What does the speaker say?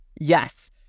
Yes